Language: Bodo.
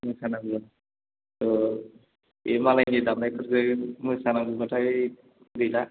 मोसानांगौ अ बे मालायनि दामनायफोरजों मोसानांगौबाथाय गैला